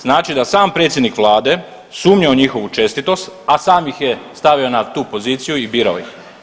Znači da sam predsjednik Vlade sumnja u njihovu čestitost, a sam ih je stavio na tu poziciju i birao ih.